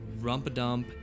Rumpadump